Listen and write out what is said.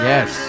Yes